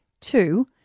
Two